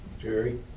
Jerry